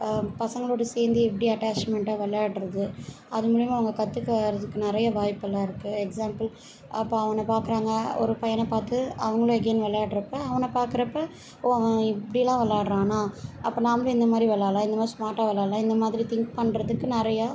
பசங்களோடு சேர்ந்து எப்படி அட்டாச்மெண்டாக விளாட்றது அது மூலயமா அவங்க கற்றுக்கறதுக்கு நிறைய வாய்ப்பெல்லாம் இருக்குது எக்ஸாம்பிள் அப்போ அவனை பார்க்குறாங்க ஒரு பையனை பார்த்து அவங்களே கேம் விளாட்றப்ப அவனை பார்க்குறப்ப ஓ அவன் இப்படிலாம் விளாட்றான்னா அப்போ நாம்ளும் இந்தமாதிரி விளாட்லாம் இந்தமாதிரி ஸ்மார்ட்டாக விளாட்லாம் இந்தமாதிரி திங் பண்ணுறதுக்கு நிறைய